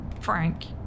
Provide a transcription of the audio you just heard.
Frank